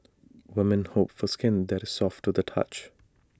women hope for skin that is soft to the touch